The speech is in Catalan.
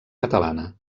catalana